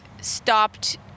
stopped